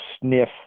sniff